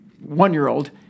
one-year-old